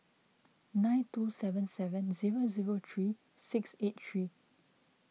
nine two seven seven zero zero three six eight three